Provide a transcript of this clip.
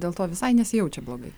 dėl to visai nesijaučia blogai